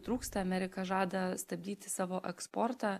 trūksta amerika žada stabdyti savo eksportą